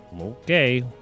Okay